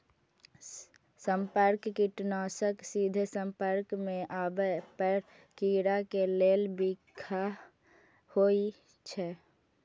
संपर्क कीटनाशक सीधे संपर्क मे आबै पर कीड़ा के लेल बिखाह होइ छै